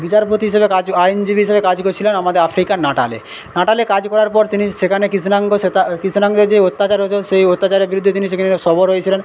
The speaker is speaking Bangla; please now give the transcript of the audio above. বিচারপতি হিসাবে কাজ আইনজীবী হিসাবে কাজ করছিলেন আমাদের আফ্রিকার নাটালে নাটালে কাজ করার পর তিনি সেখানে কৃষ্ণাঙ্গ শ্বেতা কৃষ্ণাঙ্গের যে অত্যাচার হয়েছিল সেই অত্যাচারের বিরুদ্ধে তিনি সেখানে সরব হয়েছিলেন